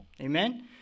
Amen